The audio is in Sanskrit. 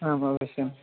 आम् अवश्यम्